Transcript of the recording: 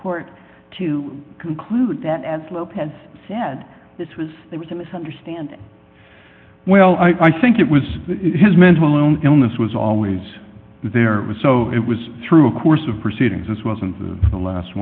court to conclude that as lopez said this was the to misunderstand well i think it was his mental illness was always there it was so it was through a course of proceedings this wasn't the the last